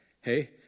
hey